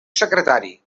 secretari